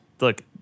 Look